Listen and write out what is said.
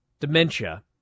dementia